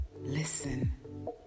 listen